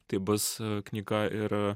tai bus knyga ir